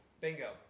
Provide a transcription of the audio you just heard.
Bingo